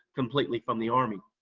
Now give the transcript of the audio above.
completely from the army.